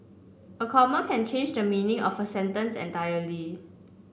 a comma can change the meaning of a sentence entirely